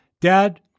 Dad